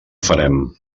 farem